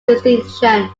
distinction